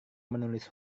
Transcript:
menulis